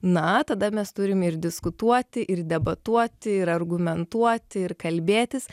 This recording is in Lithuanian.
na tada mes turime ir diskutuoti ir debatuoti ir argumentuoti ir kalbėtis